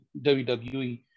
WWE